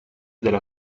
della